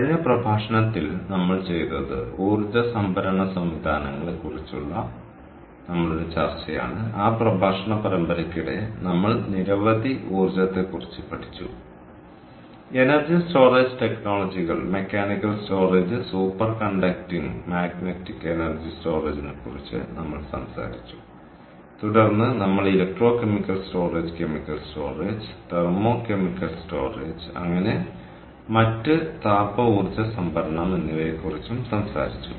കഴിഞ്ഞ പ്രഭാഷണത്തിൽ നമ്മൾ ചെയ്തത് ഊർജ്ജ സംഭരണ സംവിധാനങ്ങളെ കുറിച്ചുള്ള നമ്മളുടെ ചർച്ചയാണ് ആ പ്രഭാഷണ പരമ്പരയ്ക്കിടെ നമ്മൾ നിരവധി ഊർജ്ജത്തെക്കുറിച്ച് പഠിച്ചു എനർജി സ്റ്റോറേജ് ടെക്നോളജികൾ mechanical storage superconducting magnetic energy സ്റ്റോറേജിനെക്കുറിച്ച് സംസാരിച്ചു തുടർന്ന് നമ്മൾ electrochemical storage chemical storage thermochemical storage അങ്ങനെ മറ്റ് താപ ഊർജ്ജ സംഭരണം എന്നിവയെക്കുറിച്ച് സംസാരിച്ചു